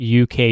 UK